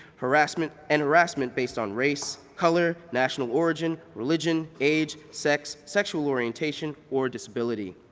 harassment, and harassment baseed on race, color, national origin, religion, age, sex, sexual orientation, or disability.